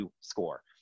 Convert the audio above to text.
score